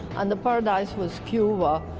and the paradise was cuba,